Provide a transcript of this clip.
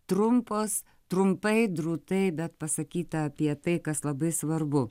trumpos trumpai drūtai bet pasakyta apie tai kas labai svarbu